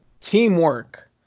Teamwork